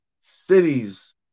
cities